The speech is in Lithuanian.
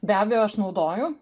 be abejo aš naudoju